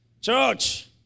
Church